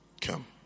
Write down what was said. Come